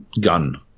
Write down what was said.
gun